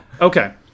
Okay